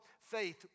faith